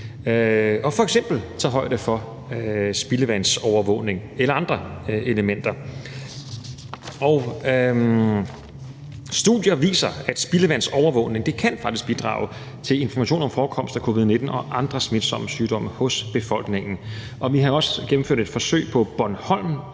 og f.eks. tage højde for spildevandsovervågning eller andre elementer. Studier viser, at spildevandsovervågning faktisk kan bidrage til information om forekomst af covid-19 og andre smitsomme sygdomme hos befolkningen. Vi har også gennemført et forsøg på Bornholm